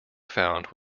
found